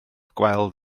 gweld